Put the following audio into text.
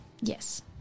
Yes